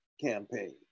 campaign